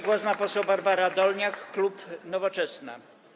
Głos ma poseł Barbara Dolniak, klub Nowoczesna.